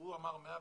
כשהוא אמר 112,